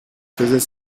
faisait